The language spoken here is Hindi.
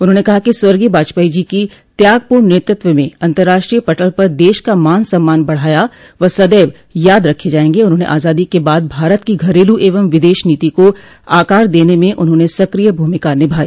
उन्होंने कहा कि स्वर्गीय बाजपेई जी की त्यागपूर्ण नेतृत्व में अतर्राष्ट्रीय पटल पर देश का मान सम्मान बढ़ाया वह सदैव याद रखे जायेंगे उन्होंने आजादी के बाद भारत की घरेलू एवं विदेश नीति को आकार देने में उन्होंने सक्रिय भूमिका निभाई